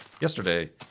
yesterday